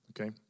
okay